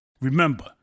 Remember